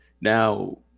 now